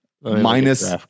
minus